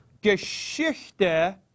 Geschichte